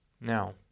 Now